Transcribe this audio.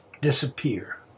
disappear